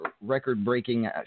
record-breaking